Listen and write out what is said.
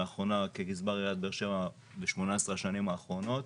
וכגזבר עיריית באר שבע ב-18 השנים האחרונות.